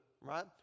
right